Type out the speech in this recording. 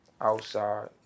outside